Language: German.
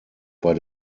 bei